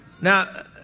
Now